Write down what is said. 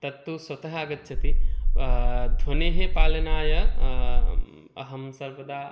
तत्तु स्वतः आगच्छति ध्वनेः पालनाय अहं सर्वदा